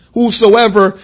whosoever